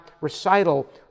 recital